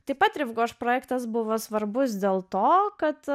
taip pat riv goš projektas buvo svarbus dėl to kad